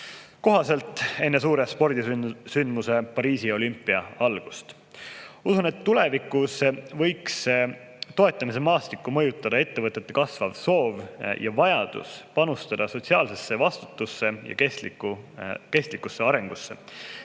suveks, enne suure spordisündmuse, Pariisi olümpia algust. Usun, et tulevikus võiks toetamise maastikku mõjutada ettevõtete kasvav soov ja vajadus panustada sotsiaalsesse vastutusse ja kestlikku arengusse,